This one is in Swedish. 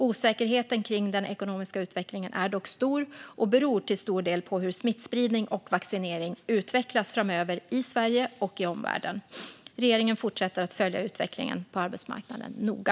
Osäkerheten kring den ekonomiska utvecklingen är dock stor och beror till stor del på hur smittspridning och vaccinering utvecklas framöver i Sverige och i omvärlden. Regeringen fortsätter att följa utvecklingen på arbetsmarknaden noga.